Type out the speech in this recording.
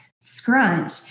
scrunch